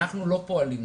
אנחנו לא פועלים.